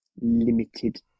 limited